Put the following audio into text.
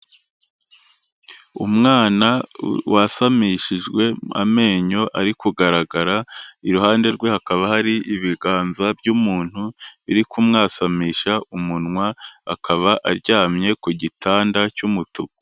Umwana wasamishijwe amenyo ari kugaragara, iruhande rwe hakaba hari ibiganza by'umuntu birikumwasamisha umunwa, akaba aryamye ku gitanda cy'umutuku.